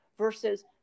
versus